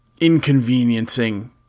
inconveniencing